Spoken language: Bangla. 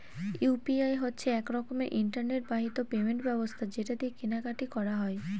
ইউ.পি.আই হচ্ছে এক রকমের ইন্টারনেট বাহিত পেমেন্ট ব্যবস্থা যেটা দিয়ে কেনা কাটি করা যায়